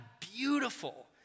beautiful